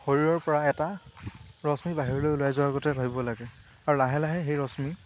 শৰীৰৰ পৰা এটা ৰশ্মি বাহিৰলৈ ওলাই যোৱাৰগতে ভাৱিব লাগে আৰু লাহে লাহে সেই ৰশ্মি